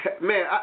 Man